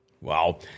wow